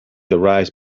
arise